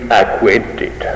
acquainted